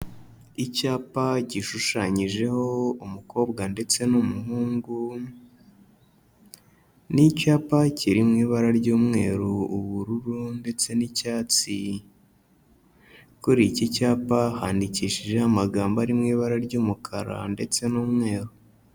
Icyapa gishushanyijeho umukobwa ndetse n'umuhungu, ni icyapa kiri mu ibara ry'umweru, ubururu, ndetse n'icyatsi, kuri iki cyapa, handikishijeho amagambo ari mu ibara ry'umukara, ndetse n'umweru.